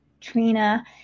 trina